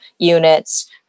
units